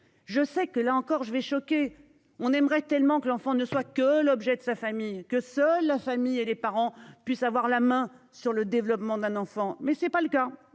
Je sais que là encore, je vais choquer. On aimerait tellement que l'enfant ne soit que l'objet de sa famille que seule la famille et des parents puissent avoir la main sur le développement d'un enfant mais ce n'est pas le cas,